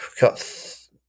got